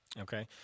okay